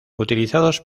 utilizados